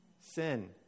sin